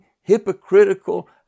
hypocritical